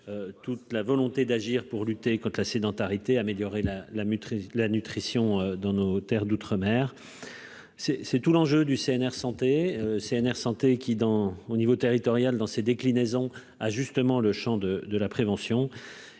toute la volonté d'agir pour lutter contre la sédentarité, améliorer la la maîtrise, la nutrition dans nos Terres d'outre-mer. C'est, c'est tout l'enjeu du CNR santé CNR santé qui dans au niveau territorial dans ses déclinaisons ah justement le Champ de de la prévention